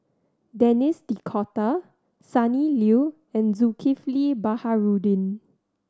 Denis D'Cotta Sonny Liew and Zulkifli Baharudin